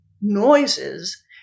noises